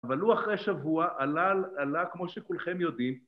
אבל הוא אחרי שבוע עלה, עלה כמו שכולכם יודעים